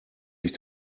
ich